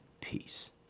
peace